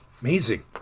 Amazing